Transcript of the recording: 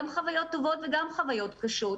גם חוויות טובות וגם חוויות קשות,